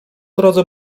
drodze